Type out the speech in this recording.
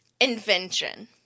invention